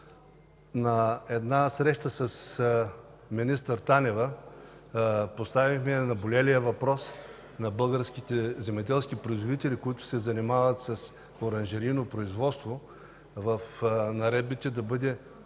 На една среща с министър Танева поставихме наболелия въпрос на българските земеделски производители, които се занимават с оранжерийно производство. Това може да стане